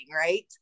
Right